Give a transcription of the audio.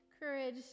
courage